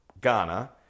Ghana